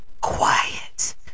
quiet